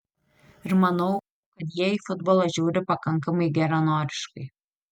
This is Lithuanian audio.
ir manau kad jie į futbolą žiūri pakankamai geranoriškai